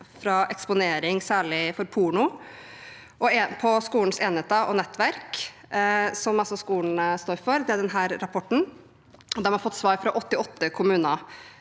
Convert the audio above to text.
fra eksponering for særlig porno på skolens enheter og nettverk, som altså skolen står for. Denne rapporten har fått svar fra 88 kommuner.